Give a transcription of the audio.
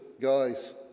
guys